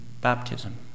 Baptism